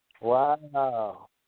Wow